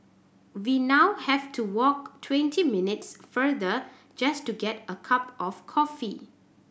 we now have to walk twenty minutes further just to get a cup of coffee